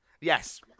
Yes